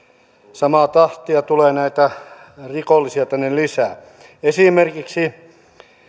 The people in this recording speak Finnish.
tahtia tulee näitä rikollisia tänne lisää esimerkiksi